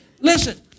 listen